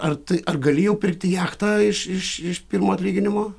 ar tai ar gali jau pirkti jachtą iš iš iš pirmo atlyginimo